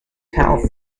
health